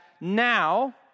now